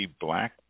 Black